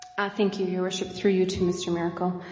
i thank you your worship, through you to mr. miracle.